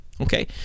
okay